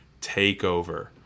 TakeOver